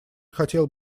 хотел